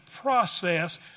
process